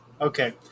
Okay